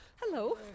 hello